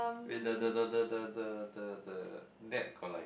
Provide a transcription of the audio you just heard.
wait the the the the the the the net collide